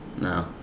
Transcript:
No